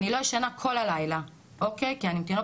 אני לא ישנה כל הלילה כי אני עם תינוק